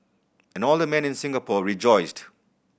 and all the men in Singapore rejoiced